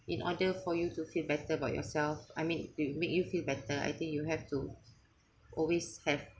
in order for you to feel better about yourself I mean it make you feel better I think you have to always have